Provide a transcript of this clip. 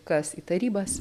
kas į tarybas